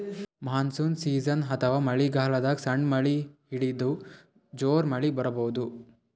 monsoon season ಅಥವಾ ಮಳಿಗಾಲದಾಗ್ ಸಣ್ಣ್ ಮಳಿ ಹಿಡದು ಜೋರ್ ಮಳಿ ಬರಬಹುದ್